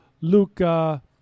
Luca